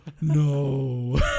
No